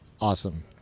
awesome